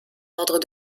ordre